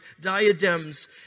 diadems